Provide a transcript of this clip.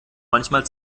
manchmal